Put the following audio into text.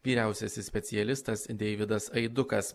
vyriausiasis specialistas deividas aidukas